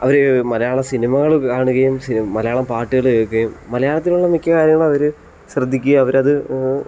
അവർ മലയാള സിനിമകൾ കാണുകയും മലയാള പാട്ടുകൾ കേൾക്കുകയും മലയത്തിലുള്ള മിക്ക കാര്യങ്ങളും അവർ ശ്രദ്ധിക്കുകയും അവരതു